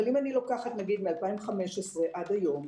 אם אני מסתכלת מ-2015 עד היום,